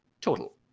total